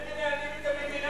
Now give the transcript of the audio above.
הם מנהלים את המדינה,